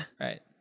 right